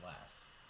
less